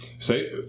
Say